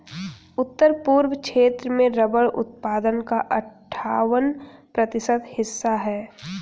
उत्तर पूर्व क्षेत्र में रबर उत्पादन का अठ्ठावन प्रतिशत हिस्सा है